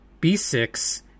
B6